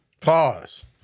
Pause